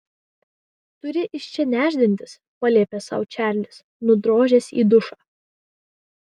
turi iš čia nešdintis paliepė sau čarlis nudrožęs į dušą